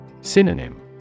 Synonym